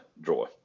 draw